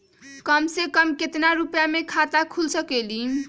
कम से कम केतना रुपया में खाता खुल सकेली?